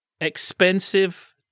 Expensive